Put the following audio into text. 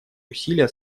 усилия